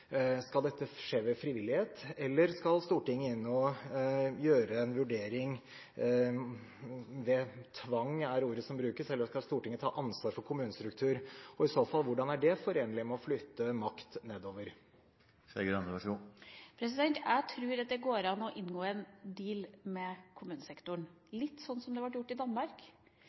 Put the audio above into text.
Skal dette skje ved frivillighet, eller skal Stortinget inn og gjøre en vurdering – tvang er ordet som brukes – eller skal Stortinget ta ansvar for kommunestruktur? I så fall – hvordan er det forenlig med å flytte makt nedover? Jeg tror at det går an å inngå en deal med kommunesektoren litt som det ble gjort i Danmark,